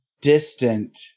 distant